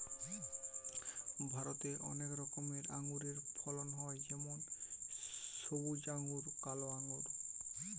ভারতে অনেক রকমের আঙুরের ফলন হয় যেমন সবুজ আঙ্গুর, কালো আঙ্গুর